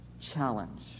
challenge